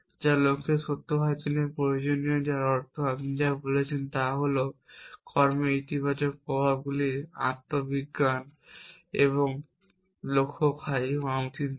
যা লক্ষ্যে সত্য হওয়ার জন্য প্রয়োজনীয় যার অর্থ তাই আপনি যা বলছেন তা হল কর্মের ইতিবাচক প্রভাবগুলির আন্তঃ বিভাগ এবং লক্ষ্য খালি হওয়া উচিত নয়